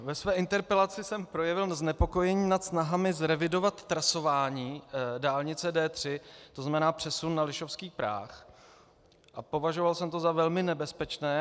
Ve své interpelaci jsem projevil znepokojení nad snahami zrevidovat trasování dálnice D3, to znamená přesun na Lišovský práh, a považoval jsem to za velmi nebezpečné.